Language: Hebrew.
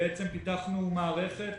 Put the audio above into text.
פיתחנו מערכת,